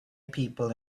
people